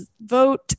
vote